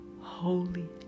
holy